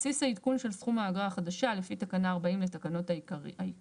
בסיס העדכון של סכום האגרה החדשה לפי תקנה 40 לתקנות העיקריות,